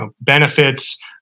benefits